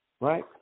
right